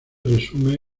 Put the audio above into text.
resume